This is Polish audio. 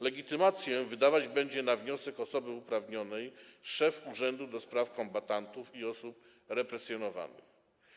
Legitymację wydawać będzie na wniosek osoby uprawnionej szef Urzędu do Spraw Kombatantów i Osób Represjonowanych.